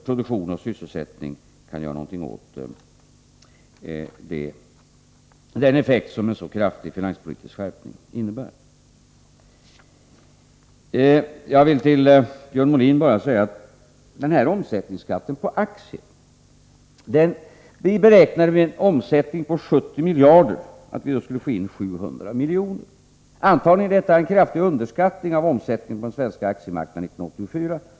Produktion och sysselsättning kan inte på något sätt motverka den effekt som en sådan kraftig finanspolitisk skärpning innebär. Beträffande omsättningsskatten på aktier vill jag till Björn Molin säga att vi har beräknat att vi med en omsättning på 70 miljarder kronor skulle kunna få in 700 milj.kr. Antagligen är detta en kraftig underskattning av omsättningen på den svenska aktiemarknaden 1984.